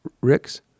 Rick's